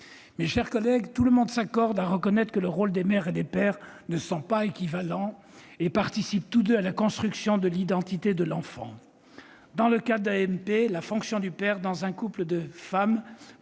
Mes chers collègues, tout le monde s'accorde à reconnaître que les rôles des mères et des pères ne sont pas équivalents et qu'ils participent tous deux à la construction de l'identité de l'enfant. Dans le cas d'une AMP pour un couple de femmes,